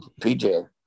PJ